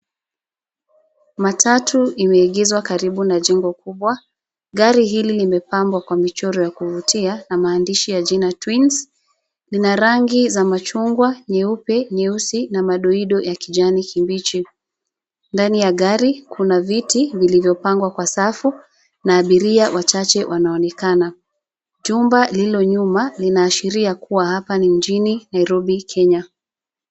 Matatu imeigizwa karibu na jengo kubwa. Gari hili limepambwa kwa michoro ya kuvutia na maandishi ya jina twins , lina rangi za machungwa, nyeupe, nyeusi na madoido ya kijani kibichi. Ndani ya gari, kuna viti vilivyopangwa kwa safu na abiria wachache wanaonekana. Chumba lililo nyuma linaashiria kuwa hapa ni mjini Nairobi, Kenya.